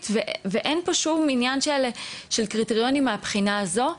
ואין פה שום עניין של קריטריונים מהבחינה הזו,